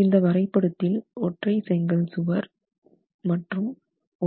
இந்த வரைபடத்தில் ஒற்றை செங்கல் சுவர் மற்றும்